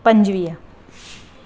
पंजवीह